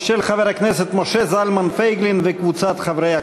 של חבר הכנסת משה זלמן פייגלין וקבוצת חברי הכנסת.